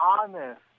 honest